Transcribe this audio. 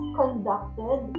conducted